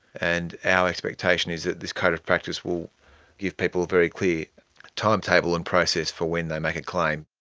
and our expectation is that this code of practice will give people a very clear timetable and process for when they make a claim.